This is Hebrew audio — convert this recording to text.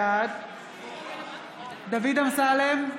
בעד דוד אמסלם,